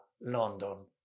London